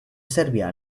serbia